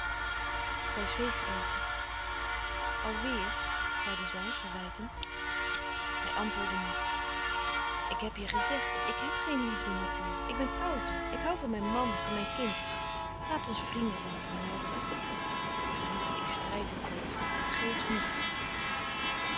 zij zweeg even alweêr zeide zij verwijtend hij antwoordde niet ik heb je gezegd ik heb geen liefdenatuur ik ben koud ik hoû van mijn man van mijn kind laat ons vrienden zijn van helderen ik strijd er tegen het geeft niets